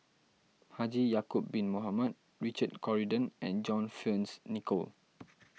Haji Ya'Acob Bin Mohamed Richard Corridon and John Fearns Nicoll